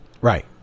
Right